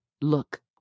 look